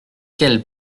quelle